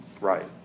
Right